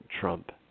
Trump